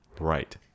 Right